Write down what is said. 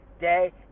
day